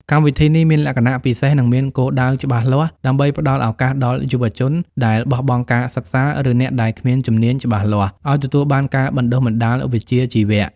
កម្មវិធីនេះមានលក្ខណៈពិសេស និងមានគោលដៅច្បាស់លាស់ដើម្បីផ្តល់ឱកាសដល់យុវជនដែលបោះបង់ការសិក្សា ឬអ្នកដែលគ្មានជំនាញច្បាស់លាស់ឱ្យទទួលបានការបណ្តុះបណ្តាលវិជ្ជាជីវៈ។